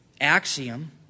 axiom